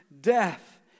death